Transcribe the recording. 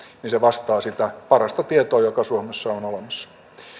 niin se vastaa sitä parasta tietoa joka suomessa on on olemassa